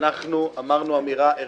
אמרנו אמירה ערכית: